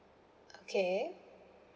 okay